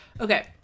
okay